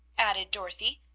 added dorothy.